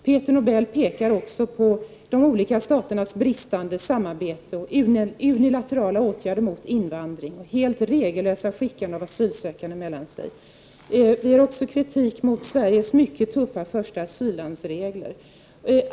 Peter Nobel pekar också på de olika staternas bristande samarbete och unilaterala åtgärder mot invandring och helt regellösa skickande av asylsökande mellan sig. Vi har också kritik mot Sveriges mycket tuffa första-asyllands-regler.